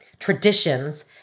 Traditions